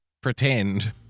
pretend